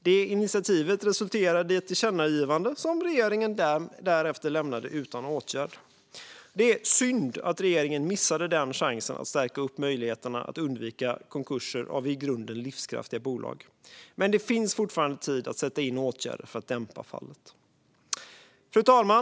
Det initiativet resulterade i ett tillkännagivande som regeringen därefter lämnade utan åtgärd. Det är synd att regeringen missade denna chans att stärka möjligheterna att undvika konkurser av i grunden livskraftiga bolag, men det finns fortfarande tid att sätta in åtgärder för att dämpa fallet. Fru talman!